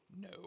No